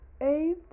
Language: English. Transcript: eight